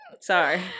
Sorry